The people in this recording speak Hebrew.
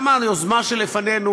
גם היוזמה שלפנינו,